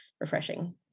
refreshing